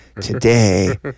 today